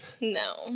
No